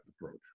approach